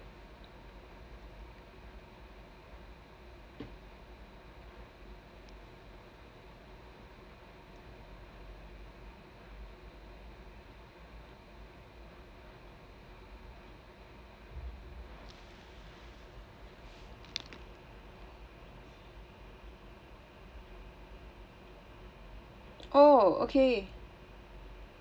oh okay